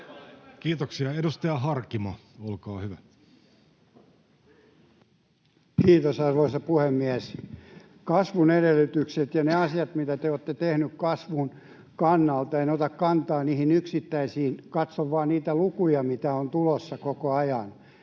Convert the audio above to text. parantavat. Edustaja Harkimo, olkaa hyvä. Kiitos, arvoisa puhemies! Kasvun edellytykset ja ne asiat, mitä te olette tehneet kasvun kannalta — en ota kantaa niihin yksittäisiin, katson vain niitä lukuja, mitä on tulossa koko ajan: